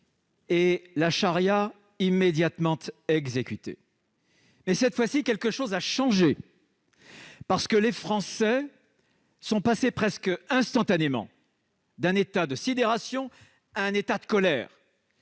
et la charia immédiatement exécutée. Mais, cette fois, quelque chose a changé. Les Français sont passés presque instantanément d'un état de sidération à un état de colère